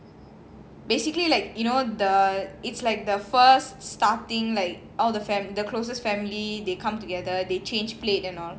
basically like you know the it's like the first starting like all the fam~ the closest family they come together they change plate and all